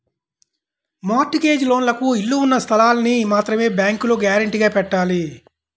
mart gauge లోన్లకు ఇళ్ళు ఉన్న స్థలాల్ని మాత్రమే బ్యేంకులో గ్యారంటీగా పెట్టాలి